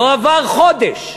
לא עבר חודש,